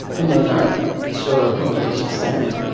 you may not be sure you know what she's saying.